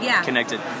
connected